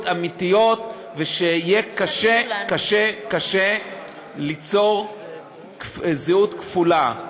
אמיתיות ויהיה קשה קשה קשה ליצור זהות כפולה.